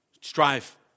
Strive